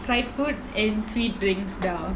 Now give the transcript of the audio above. fried food and sweet drinks dah